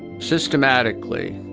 systematically,